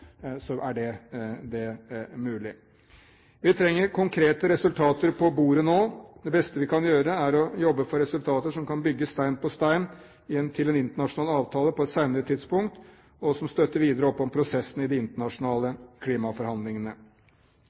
så er det mulig. Vi trenger konkrete resultater på bordet nå. Det beste vi kan gjøre, er å jobbe for resultater som kan bygge stein på stein til en internasjonal avtale på et senere tidspunkt, og som støtter videre opp om prosessen i de internasjonale klimaforhandlingene.